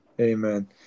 Amen